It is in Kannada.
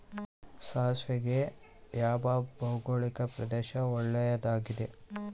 ಸಾಸಿವೆಗೆ ಯಾವ ಭೌಗೋಳಿಕ ಪ್ರದೇಶ ಒಳ್ಳೆಯದಾಗಿದೆ?